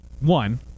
one